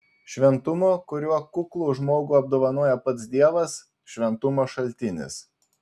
šventumo kuriuo kuklų žmogų apdovanoja pats dievas šventumo šaltinis